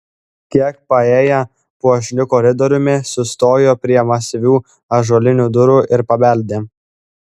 kiek paėję puošniu koridoriumi sustojo prie masyvių ąžuolinių durų ir pabeldė